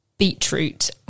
Beetroot